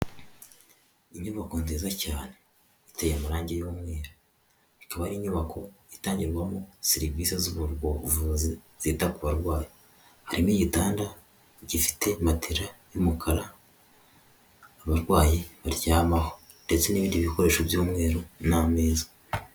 Inyubako nziza cyane, iteye amarangi y'umweru, ikaba ari inyubako itangirwamo serivisi z'ubuvuzi zita ku baryayi, harimo igidanda gifite matera y'umukara abarwayi baryamaho, ndetse n'ibindi bikoresho by'umweru n'ameza.